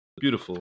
beautiful